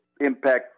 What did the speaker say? impact